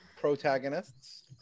protagonists